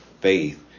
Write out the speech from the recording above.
faith